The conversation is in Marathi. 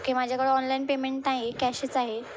की माझ्याकडं ऑनलाईन पेमेंट नाही कॅशच आहे